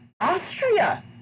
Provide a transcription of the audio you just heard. Austria